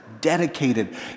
dedicated